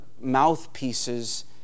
mouthpieces